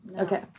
Okay